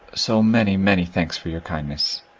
so many, many thanks for your kindness.